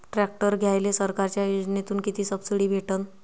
Tractor घ्यायले सरकारच्या योजनेतून किती सबसिडी भेटन?